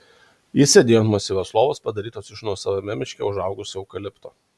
jis sėdėjo ant masyvios lovos padarytos iš nuosavame miške užaugusio eukalipto